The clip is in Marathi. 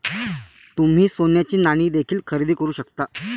तुम्ही सोन्याची नाणी देखील खरेदी करू शकता